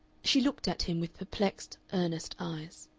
she looked at him with perplexed, earnest eyes.